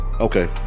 Okay